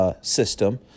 system